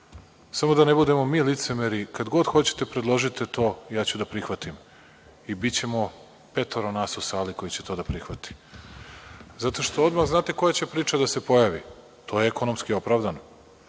Samo da ne budemo mi licemeri, kad god hoćete predložite to, ja ću da prihvatim i bićemo petoro nas u sali koji će to da prihvate. Zato što odmah znate koja će priča da se pojavi, to je ekonomski opravdano,